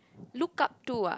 look up to ah